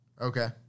Okay